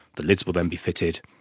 the lids will then be fitted,